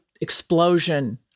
explosion